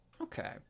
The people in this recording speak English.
Okay